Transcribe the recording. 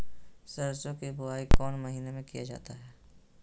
सरसो की बोआई कौन महीने में किया जाता है?